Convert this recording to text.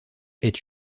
est